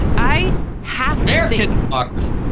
i have never had ocracy.